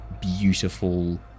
beautiful